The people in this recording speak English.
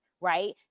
right